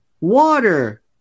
water